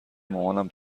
مامانم